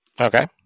Okay